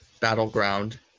Battleground